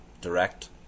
direct